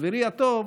חברי הטוב,